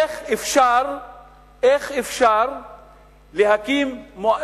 איך אפשר להקים,